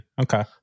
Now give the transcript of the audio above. okay